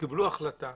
שקבלו החלטה,